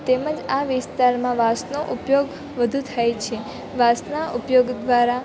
તેમજ આ વિસ્તારમાં વાંસનો ઉપયોગ વધુ થાય છે વાંસના ઉપયોગ દ્વારા